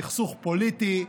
סכסוך פוליטי,